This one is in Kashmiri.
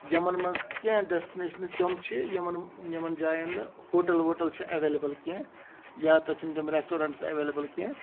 یِمن منٛز کیٚنہہ ڈیسٹِنیشنہٕ تِم چھِ یِمن یِمن جاین نہٕ ہوٹل ووٹل چھِ ایویلیبٔل کیٚنہہ یا تَتہِ چھِ نہٕ تِم ریسٹورَنٹٔس ایویلیبٔل کیٚنہہ